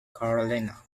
carolina